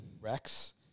Rex